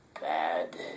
bad